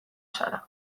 zara